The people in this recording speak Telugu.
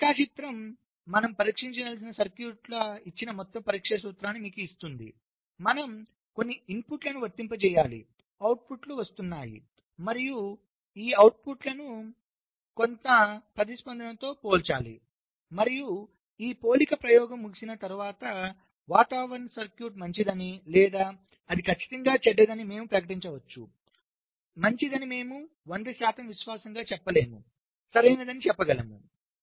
ఈ రేఖాచిత్రం మనం పరీక్షించదలిచిన సర్క్యూట్ ఇచ్చిన మొత్తం పరీక్షా సూత్రాన్ని మీకు ఇస్తుంది మనం కొన్ని ఇన్పుట్లను వర్తింపజేయాలి అవుట్పుట్లు వస్తున్నాయి మరియు ఈ అవుట్పుట్లను కొంత బంగారు ప్రతిస్పందనతో పోల్చాలిమరియు ఈ పోలిక ప్రయోగం ముగిసిన తరువాత వాతావరణం సర్క్యూట్ మంచిదని లేదా అది ఖచ్చితంగా చెడ్డదని మేము ప్రకటించవచ్చుమంచిది మేము 100 శాతం విశ్వాసం చెప్పలేము సరియైనది చెప్పగలము